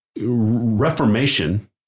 Reformation